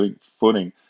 footing